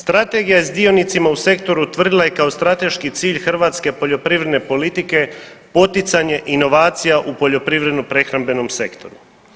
Strategija je s dionicima u sektoru … kao strateški cilj hrvatske poljoprivredne politike poticanje inovacija u poljoprivredno-prehrambenom sektoru.